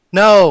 no